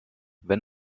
wenn